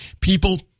people